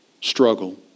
struggle